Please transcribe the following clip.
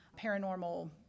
Paranormal